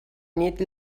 nit